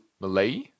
Malay